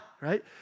right